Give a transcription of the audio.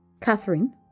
Catherine